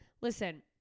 Listen